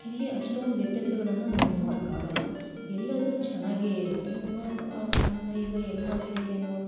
ಇಲ್ಲಿ ಅಷ್ಟೊಂದು ವ್ಯತ್ಯಾಸಗಳನ್ನು ನಾವು ನೋಡೋಕ್ಕಾಗಲ್ಲ ಎಲ್ಲದೂ ಚೆನ್ನಾಗೇ ಇರುತ್ತೆ ಅಂದ್ರೆ ಈಗ ಎಂ ಆರ್ ಐ ಸ್ಕ್ಯಾನು